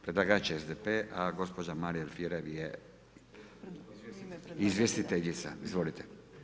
Predlagač je SDP a gospođa Marija Alfirev je izvjestiteljica, izvolite.